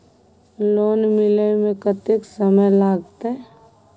Loan मिले में कत्ते समय लागते?